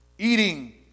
eating